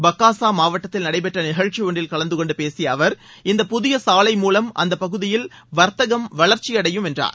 பக்காஸா மாவட்டத்தில் நடைபெற்ற நிகழ்ச்சி ஒன்றில் கலந்துகொண்டு பேசிய அவர் இந்த புதிய சாலை மூலம் அந்த பகுதியில் வா்த்தகம் வளர்ச்சி அடையும் என்றார்